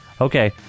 Okay